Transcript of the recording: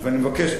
אני מבקש,